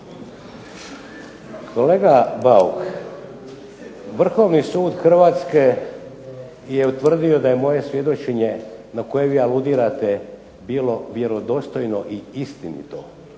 Kolega Bauk, Vrhovni sud Hrvatske je utvrdio da je moje svjedočenje na koje vi aludirate bilo vjerodostojno i istinito.